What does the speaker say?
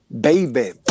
baby